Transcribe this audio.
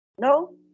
No